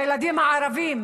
הילדים הערבים.